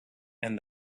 and